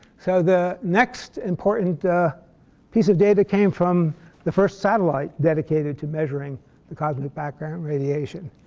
so the next important piece of data came from the first satellite dedicated to measuring the cosmic background radiation.